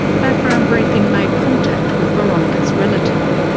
background briefing made contact with veronica's relative.